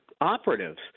operatives